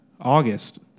August